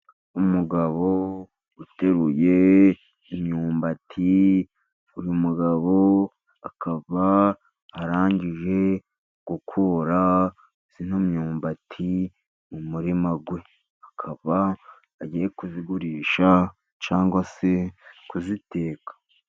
Umugabo uteruye imyumbati. Uyu mugabo akaba arangije gukura iyi myumbati mu murima we, akaba agiye kuyigurisha cyangwa se kuyiteka.